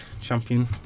champion